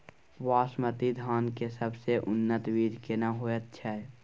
बासमती धान के सबसे उन्नत बीज केना होयत छै?